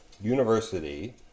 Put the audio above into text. University